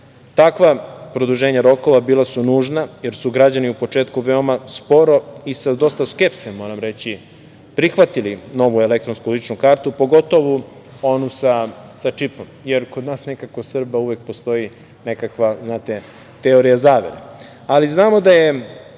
Takva produženja rokova bila su nužna, jer su građani na početku veoma sporo i sa dosta skepse, moram vam reći, prihvatili novu elektronsku ličnu kartu, pogotovo onu sa čipom, jer kod nas Srba nekako uvek postoji nekakva teorija zavere. Ali, znamo da je